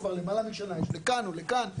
לכאן או לכאן.